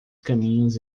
caminhos